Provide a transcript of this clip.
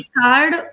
card